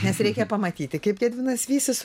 nes reikia pamatyti kaip gedvinas vysis